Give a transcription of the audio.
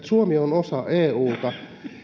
suomi on osa euta